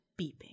beeping